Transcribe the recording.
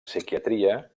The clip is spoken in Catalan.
psiquiatria